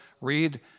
read